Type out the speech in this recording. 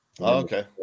Okay